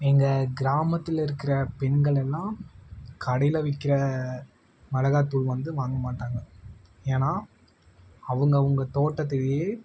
எங்கள் கிராமத்தில் இருக்கிற பெண்கள் எல்லாம் கடையில் விற்கிற மிளகா தூள் வந்து வாங்க மாட்டாங்க ஏன்னா அவங்க அவங்க தோட்டத்துலேயே